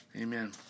amen